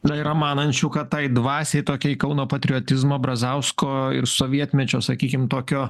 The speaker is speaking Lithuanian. na yra manančių kad tai dvasiai tokiai kauno patriotizmo brazausko ir sovietmečio sakykim tokio